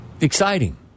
exciting